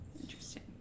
Interesting